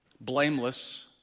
Blameless